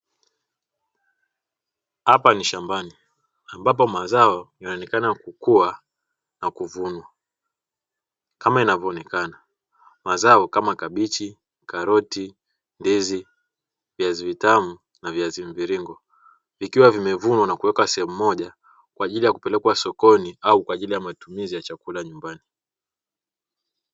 Hapa ni shambani ambapo mazao yanaonekana kukua na kuvunwa, kama inavyoonekana, mazao kama: kabichi, karoti, ndizi, viazi vitamu na viazi mviringo, vikiwa vimevunwa na kuwekwa sehemu moja kwa ajili ya kupelekwa sokoni au kwa ajili ya matumizi ya chakula nyumbani.